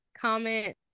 comment